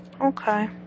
Okay